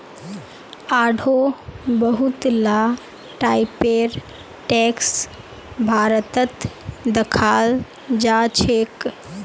आढ़ो बहुत ला टाइपेर टैक्स भारतत दखाल जाछेक